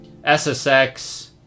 SSX